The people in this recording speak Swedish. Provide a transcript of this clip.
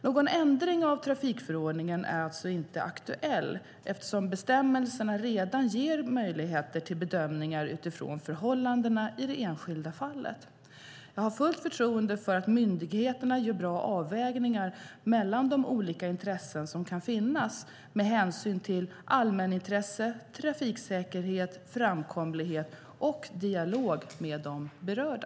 Någon ändring av trafikförordningen är alltså inte aktuell, eftersom bestämmelserna redan ger goda möjligheter till bedömningar utifrån förhållandena i det enskilda fallet. Jag har fullt förtroende för att myndigheterna gör bra avvägningar mellan de olika intressen som kan finnas, med hänsyn till allmänintresse, trafiksäkerhet, framkomlighet och i dialog med de berörda.